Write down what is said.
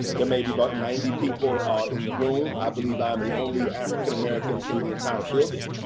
there may be about ninety people ah in the room, i believe i'm the only african-american in the entire building.